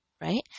Right